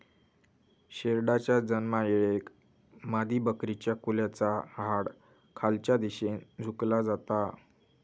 शेरडाच्या जन्मायेळेक मादीबकरीच्या कुल्याचा हाड खालच्या दिशेन झुकला जाता